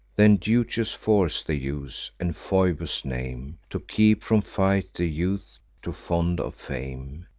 then duteous force they use, and phoebus' name, to keep from fight the youth too fond of fame.